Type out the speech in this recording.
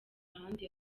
ahandi